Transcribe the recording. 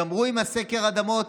גמרו עם סקר האדמות?